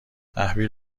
تحویل